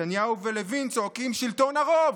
נתניהו ולוין צועקים: שלטון הרוב,